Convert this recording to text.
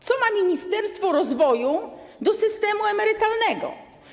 Co ma Ministerstwo Rozwoju do systemu emerytalnego?